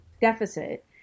deficit